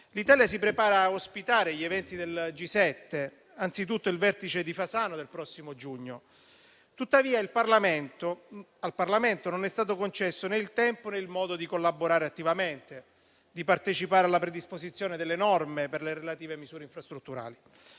L'Italia si prepara a ospitare gli eventi del G7, anzitutto il Vertice di Fasano del prossimo giugno. Tuttavia, al Parlamento non è stato concesso né il tempo né il modo di collaborare attivamente, di partecipare alla predisposizione delle norme per le relative misure infrastrutturali.